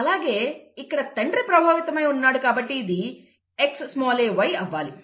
అలాగే ఇక్కడ తండ్రి ప్రభావితమై ఉన్నాడు కాబట్టి ఇది XaY అవ్వాలి